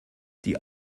die